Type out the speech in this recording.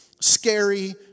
scary